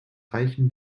reichen